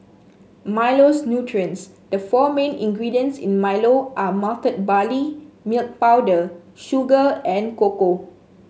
Milo's nutrients The four main ingredients in Milo are malted barley milk powder sugar and cocoa